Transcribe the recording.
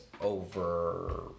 over